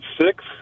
six